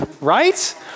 right